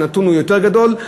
הנתון הוא יותר גדול.